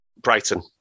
Brighton